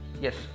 Yes